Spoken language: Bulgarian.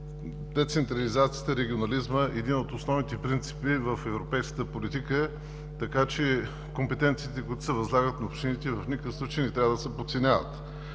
Децентрализацията, регионализмът са едни от основните принципи в европейската политика, така че компетенциите, които се възлагат на общините, в никакъв случай не трябва да се подценяват.